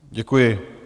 Děkuji.